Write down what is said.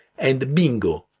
and bingo!